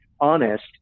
honest